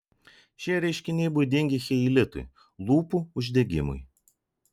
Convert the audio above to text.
šie reiškiniai būdingi cheilitui lūpų uždegimui